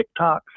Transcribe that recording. TikToks